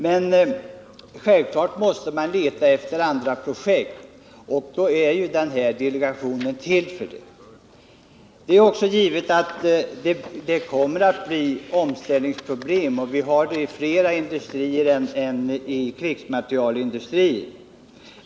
Men självklart måste man också leta efter andra projekt, och det är detta som delegationen är till för. Det kommer givetvis att bli omställningsproblem — sådana finns inom fler industrier än krigsmaterielindustrin.